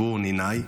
עבור ניניי,